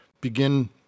begin